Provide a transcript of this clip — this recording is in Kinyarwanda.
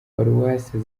paruwasi